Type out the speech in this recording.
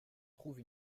trouve